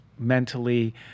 Mentally